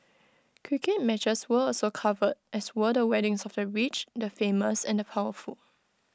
cricket matches were also covered as were the weddings of the rich the famous and the powerful